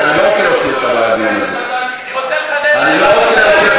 מעניין למה, אורן, אני לא רוצה להוציא אותך